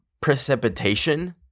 precipitation